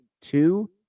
two